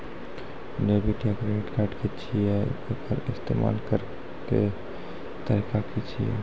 Debit या credit card की छियै? एकर इस्तेमाल करैक तरीका की छियै?